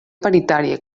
paritària